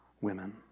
women